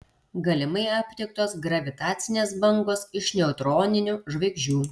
galimai aptiktos gravitacinės bangos iš neutroninių žvaigždžių